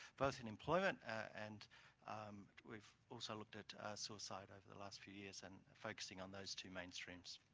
both in employment and we've also looked at suicide over the last few years and focusing on those two main streams.